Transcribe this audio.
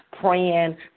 praying